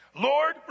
Lord